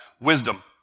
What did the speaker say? Wisdom